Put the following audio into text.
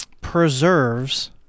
preserves